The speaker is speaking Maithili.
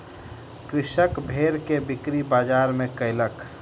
कृषक भेड़ के बिक्री बजार में कयलक